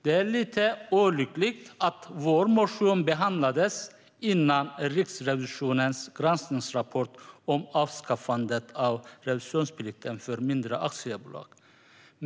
Det är lite olyckligt att vår motion behandlades innan Riksrevisionens granskningsrapport om avskaffandet av revisionsplikten för mindre aktiebolag.